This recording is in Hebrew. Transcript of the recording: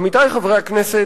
עמיתי חברי הכנסת,